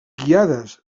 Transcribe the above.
guiades